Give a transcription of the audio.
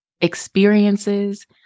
experiences